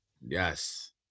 Yes